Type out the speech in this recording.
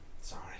Sorry